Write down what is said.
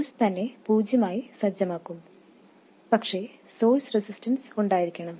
source തന്നെ പൂജ്യമായി സജ്ജമാക്കും പക്ഷേ സോഴ്സ് റെസിസ്റ്റൻസ് ഉണ്ടായിരിക്കണം